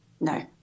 No